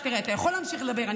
תראה, אתה יכול להמשיך לדבר.